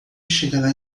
chegará